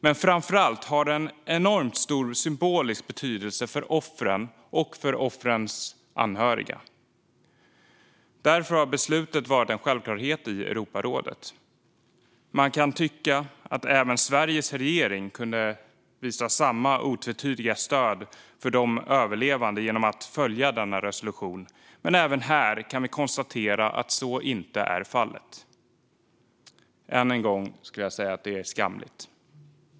Men framför allt har det en enormt stor symbolisk betydelse för offren och för offrens anhöriga. Därför har beslutet varit en självklarhet i Europarådet. Man kan tycka att även Sveriges regering kunde visa samma otvetydiga stöd för de överlevande genom att följa denna resolution, men även här kan vi konstatera att så inte är fallet. Än en gång skulle jag säga att det är skamligt.